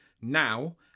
now